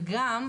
וגם,